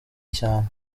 cyane